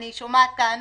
אני שומעת טענות